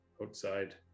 Outside